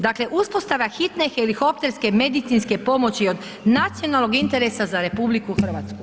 Dakle, uspostava hitne helikopterske medicinske pomoći od nacionalnog je interesa za RH.